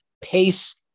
pace